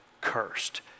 cursed